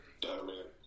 Diamond